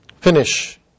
finish